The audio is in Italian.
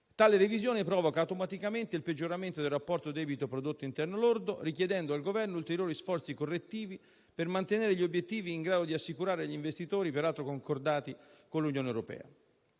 Tale revisione provoca automaticamente il peggioramento del rapporto tra debito e prodotto interno lordo, richiedendo al Governo ulteriori sforzi correttivi per mantenere gli obiettivi in grado di rassicurare gli investitori, peraltro concordati con l'Unione europea.